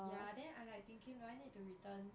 ya then I'm like thinking do I need to return